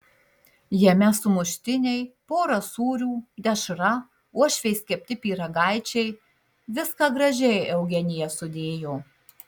jame sumuštiniai pora sūrių dešra uošvės kepti pyragaičiai viską gražiai eugenija sudėjo